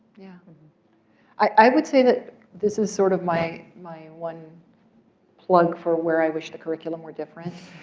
yeah i would say that this is sort of my my one plug for where i wish the curriculum were different.